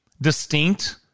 distinct